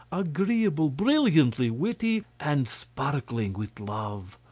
agreeable, brilliantly witty, and sparkling with love.